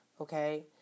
Okay